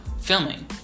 Filming